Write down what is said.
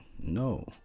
No